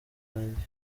yanjye